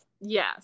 yes